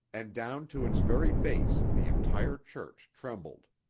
and down to its very base the entire church trembled.